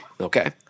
Okay